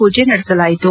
ಪೂಜೆ ನಡೆಸಲಾಯಿತು